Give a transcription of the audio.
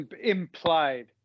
implied